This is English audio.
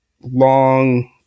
long